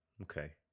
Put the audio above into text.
Okay